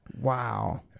Wow